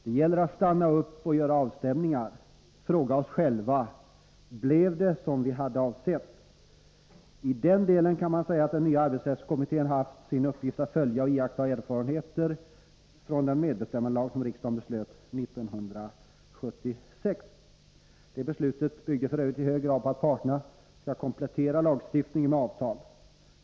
Det gäller att stanna upp och göra avstämningar, att fråga oss själva: Blev det som vi hade avsett? I den delen kan man säga att den nya arbetsrättskommittén har haft sin uppgift att följa och iaktta erfarenheter från den medbestämmandelag som riksdagen beslöt om 1976. Det beslutet byggde f. ö. i hög grad på att parterna skall komplettera lagstiftningen med avtal.